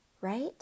right